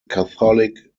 catholic